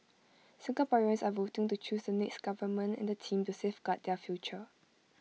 Singaporeans are voting to choose the next government and the team to safeguard their future